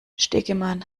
stegemann